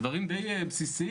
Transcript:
דברים די בסיסיים.